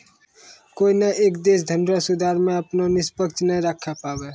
कोनय एक देश धनरो सुधार मे अपना क निष्पक्ष नाय राखै पाबै